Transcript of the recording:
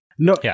No